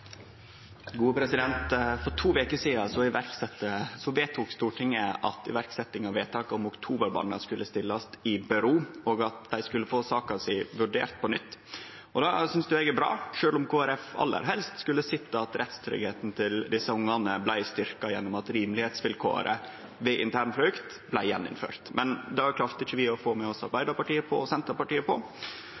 at dei skulle få saka si vurdert på nytt. Det synest eg er bra, sjølv om Kristeleg Folkeparti aller helst skulle sett at rettstryggleiken til desse ungane blei styrkt gjennom at rimelegheitsvilkåret ved internflukt igjen blei innført. Men det klarte vi ikkje å få med oss Arbeidarpartiet og Senterpartiet på.